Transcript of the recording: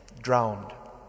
drowned